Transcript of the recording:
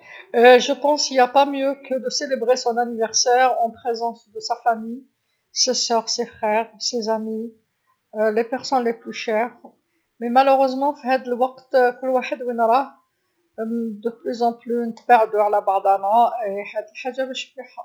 مانظنش كاين خير من أنك تحتفل بيوم ميلادك في وجود العايله، خاوته خواتاته، اصدقائه ناس لعزاز، مع الأسف في هذا الوقت كل واحد وين راه، و لكثر هي نتفاعلو على بعضانا هاذي حاجه مشي مليحه.